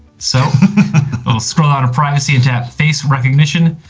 so it'll scroll out of privacy and tap face recognition.